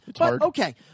Okay